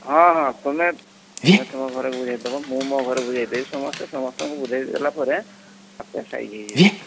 ହଁ ହଁ ତୁମେ ତୁମେ ତୁମ ଘରେ ବୁଝେଇ ଦେବ ମୁଁ ମୋ ଘରେ ବୁଝେଇ ଦେବି ସମସ୍ତେ ସମସ୍ତଙ୍କୁ ବୁଝେଇ ଦେଲାପରେ ତା'ପରେ ସାଇଜ୍ ହେଇଯିବେ